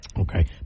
Okay